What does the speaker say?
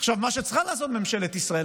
מה שצריכה לעשות ממשלת ישראל,